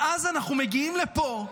ואז אנחנו מגיעים לפה,